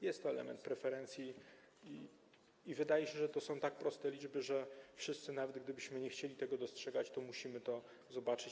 Jest to element preferencji i wydaje się, że to są tak proste liczby, że wszyscy, nawet gdybyśmy nie chcieli tego dostrzegać, musimy to zobaczyć.